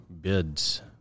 bids